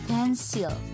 Pencil